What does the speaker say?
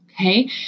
okay